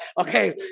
Okay